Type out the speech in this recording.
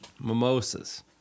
Mimosas